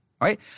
right